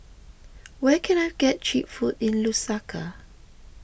where can I get Cheap Food in Lusaka